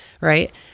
Right